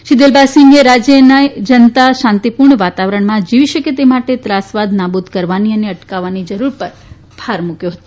શ્રી દિલબાગ સિંગે રાજયના જનતા શાંતી પુર્ણ વાતાવરણમાં જીવી શકે તે માટે ત્રાસવાદ નાબુદ કરવાની અને અટકાવવાની જરૂર પર ભાર મુકથો હતો